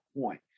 point